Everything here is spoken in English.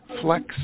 Flex